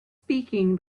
speaking